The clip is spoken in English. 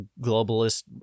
globalist